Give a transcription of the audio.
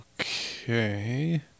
Okay